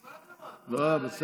עם כל הכבוד, הוא היה חמש דקות והלך?